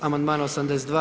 Amandman 82.